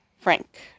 Frank